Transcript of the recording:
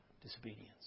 disobedience